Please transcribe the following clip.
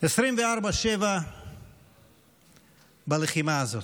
24/7 בלחימה הזאת.